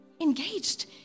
Engaged